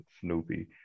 Snoopy